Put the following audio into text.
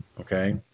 okay